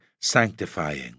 sanctifying